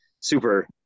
Super